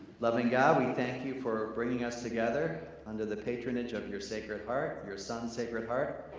loving god, we thank you for bringing us together under the patronage of your sacred heart, your son's sacred heart,